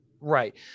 right